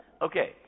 Okay